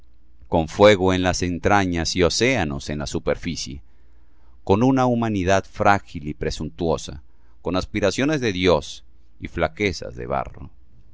con fuego en las entrañas y océanos en la superficie con una humanidad frágil y presuntuosa con aspiraciones de dios y flaqueza de barro